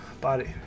body